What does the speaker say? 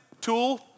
tool